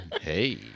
Hey